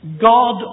God